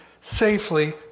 safely